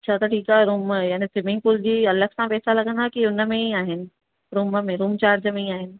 अच्छा त ठीकु आहे रूम यानि सिर्फ स्विमिंगपूल जी अलगि सां पेसा लगंदा की हुनमें ही आहिनि रूम में रूम चार्ज में ई आहिनि